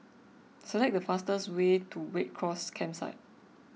select the fastest way to Red Cross Campsite